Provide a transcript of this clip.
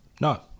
No